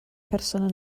person